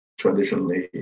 traditionally